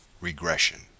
regression